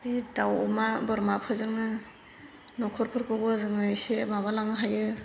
बे दाउ अमा बोरमाफोरजोंनो न'खरफोरखौबो जोङो एसे माबालांनो हायो